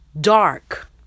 dark